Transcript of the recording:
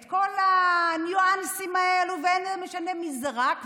את כל הניואנסים האלה, ולא משנה מי זרק.